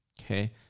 okay